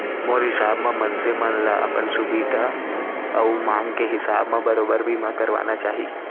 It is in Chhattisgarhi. मोर हिसाब म मनसे मन ल अपन सुभीता अउ मांग के हिसाब म बरोबर बीमा करवाना चाही